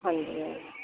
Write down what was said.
ਹਾਂਜੀ ਮੈਮ